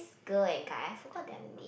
girl and guy I forgot their name